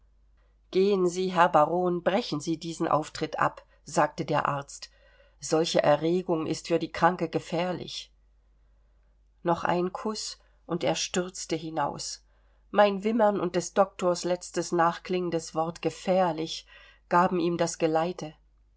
gehen sie herr baron brechen sie diesen auftritt ab sagte der arzt solche erregung ist für die kranke gefährlich noch ein kuß und er stürzte hinaus mein wimmern und des doktors letztes nachklingendes wort gefährlich gaben ihm das geleite